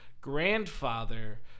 grandfather